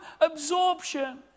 absorption